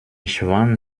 schwan